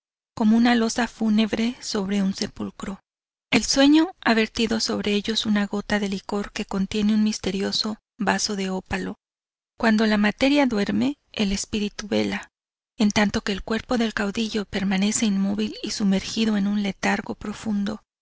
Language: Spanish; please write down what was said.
como una losa fúnebre sobre un sepulcro el sueño ha vertido sobre ellos una gota de licor que contiene un misterioso vaso de ópalo cuando la materia duerme el espíritu vela en tanto que el cuerpo del caudillo permanece inmóvil y sumergido en un letargo profundo